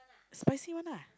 spicy one lah